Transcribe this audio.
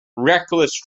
reckless